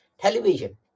television